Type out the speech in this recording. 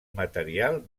material